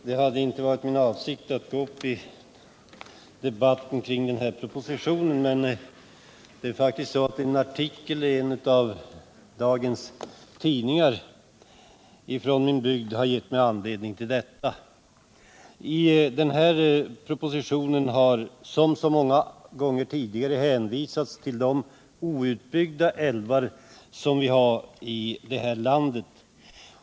Herr talman! Det var inte min avsikt att gå upp i debatten kring den här propositionen, men en artikel i en av dagens tidningar från min bygd har gett mig anledning till detta. I propositionen har, som så många gånger tidigare, hänvisats till de outbyggda älvar som vi har i det här landet.